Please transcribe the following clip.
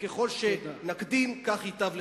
וככל שנקדים כך ייטב לכולנו.